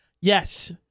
Yes